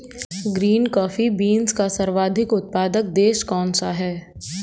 Green coffee beans का सर्वाधिक उत्पादक देश कौन सा है?